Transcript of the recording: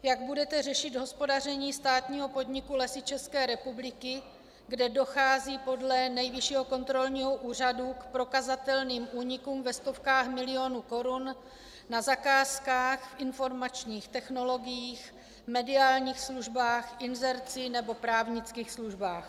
Jak budete řešit hospodaření státního podniku Lesy České republiky, kde dochází podle Nejvyššího kontrolního úřadu k prokazatelným únikům ve stovkách milionů korun na zakázkách, informačních technologiích, mediálních službách, inzerci nebo právnických službách?